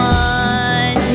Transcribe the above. one